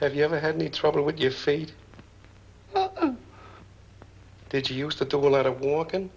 have you ever had any trouble with your feet did you use the dog a lot of walking